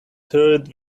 third